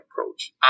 approach